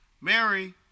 Mary